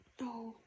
no